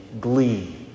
glee